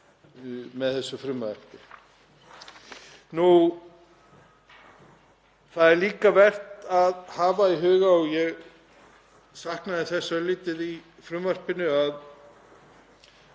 með þessu frumvarpi. Það er líka vert að hafa í huga, og ég saknaði þess örlítið í frumvarpinu, að